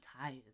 tired